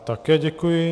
Také děkuji.